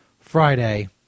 Friday